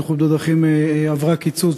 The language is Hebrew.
הרשות הלאומית לבטיחות בדרכים עברה קיצוץ